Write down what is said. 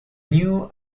new